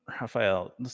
Raphael